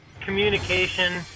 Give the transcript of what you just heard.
communication